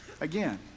Again